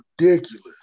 ridiculous